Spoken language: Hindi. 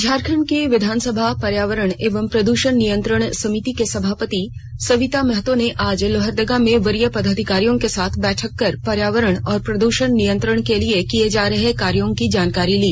झारखंड की विधानसभा पर्यावरण एवं प्रदूषण नियंत्रण समिति की सभापति सविता महतो ने आज लोहरदगा में वरीय पदाधिकारियों के साथ बैठक कर पर्यावरण और प्रदूषण नियंत्रण के लिए किये जा रहे कार्यों की जानकारी ली